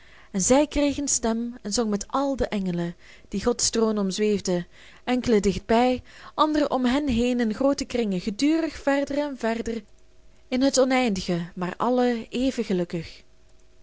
en zij kreeg een stem en zong met al de engelen die gods troon omzweefden enkelen dichtbij anderen om hen heen in groote kringen gedurig verder en verder in het oneindige maar allen even gelukkig